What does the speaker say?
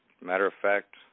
matter-of-fact